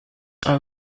are